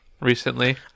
recently